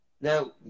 Now